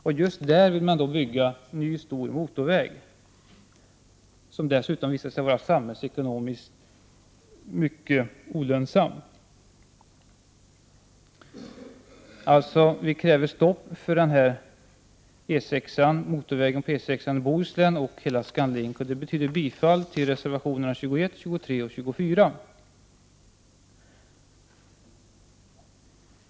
Och just där vill man bygga en ny stor motorväg, som dessutom visar sig vara samhällsekonomiskt mycket olönsam. Vi kräver alltså stopp för motorvägen som utbyggnad av E 6 i Bohuslän och hela ScanLink. Det betyder att vi yrkar bifall till reservationerna 21, 23 och 24.